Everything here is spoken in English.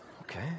okay